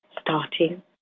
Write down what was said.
starting